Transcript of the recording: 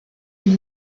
une